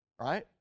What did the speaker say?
right